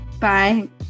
Bye